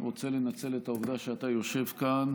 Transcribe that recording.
רוצה לנצל את העובדה שאתה יושב כאן